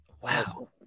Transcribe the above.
Wow